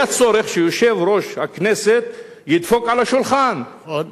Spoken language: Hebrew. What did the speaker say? היה צורך שיושב-ראש הכנסת ידפוק על השולחן, נכון.